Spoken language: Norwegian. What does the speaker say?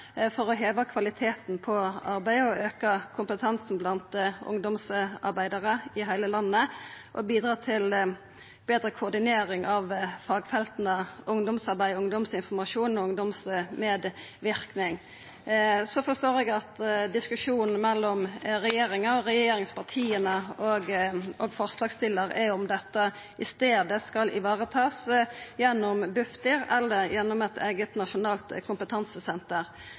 for å heva kvaliteten på arbeidet, auka kompetansen blant ungdomsarbeidarar i heile landet og bidra til betre koordinering av fagfelta ungdomsarbeid, ungdomsinformasjon og ungdomsmedverknad. Eg forstår at diskusjonen mellom regjeringa og regjeringspartia og forslagsstillarane er om dette skal varetakast gjennom Bufdir eller gjennom eit eige nasjonalt kompetansesenter. Eg er av den heilt klare oppfatninga at dette best vert varetatt gjennom eit kompetansesenter.